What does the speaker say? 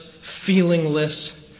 feelingless